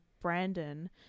Brandon